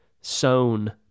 sown